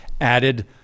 added